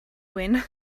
wyn